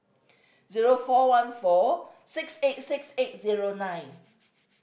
zero four one four six eight six eight zero nine